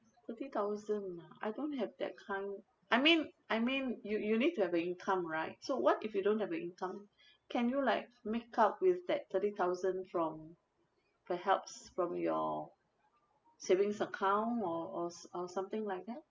thirty thousand ah I don't have that kind I mean I mean you you need to have an income right so what if you don't have an income can you like make up with that thirty thousand from the helps from your savings account or or s~ or something like that